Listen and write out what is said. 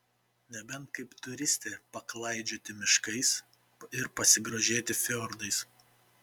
nebent kaip turistė paklaidžioti miškais ir pasigrožėti fjordais